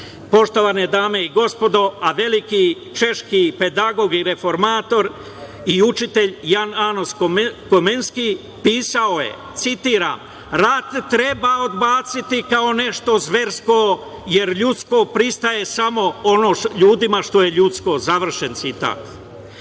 citat. Poštovane dame i gospodo, a veliki češki pedagog i reformator i učitelj, Jan Amos Komeski pisao je, citiram – rat treba odbaciti kao nešto zversko jer ljudstvo pristaje samo ono ljudima što je ljudsko. Završen citat. Danas